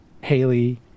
Haley